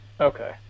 Okay